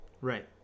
Right